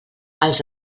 els